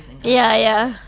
ya ya